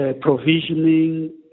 provisioning